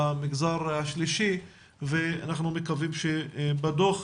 במגזר השלישי ואנחנו מקווים שבדו"ח